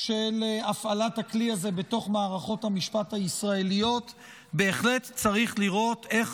של הפעלת הכלי הזה בתוך מערכות המשפט הישראליות בהחלט צריך לראות איך